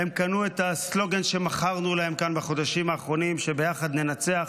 הם קנו את הסלוגן שמכרנו להם כאן בחודשים האחרונים שביחד ננצח.